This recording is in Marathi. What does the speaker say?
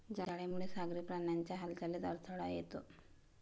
जाळ्यामुळे सागरी प्राण्यांच्या हालचालीत अडथळा येतो